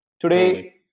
today